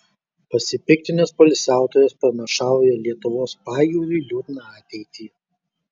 pasipiktinęs poilsiautojas pranašauja lietuvos pajūriui liūdną ateitį